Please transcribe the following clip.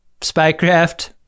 spycraft